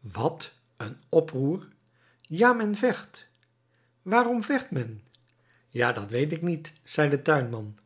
wat een oproer ja men vecht waarom vecht men ja dat weet ik niet zei de tuinman